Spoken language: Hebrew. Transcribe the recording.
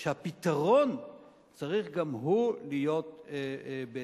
והפתרון צריך גם הוא להיות בהתאם.